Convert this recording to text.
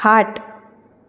खाट